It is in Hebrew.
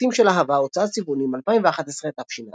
חוטים של אהבה, הוצאת צבעונים, 2011 תשע"א